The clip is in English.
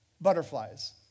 butterflies